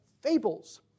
fables